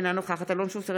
אינה נוכחת אלון שוסטר,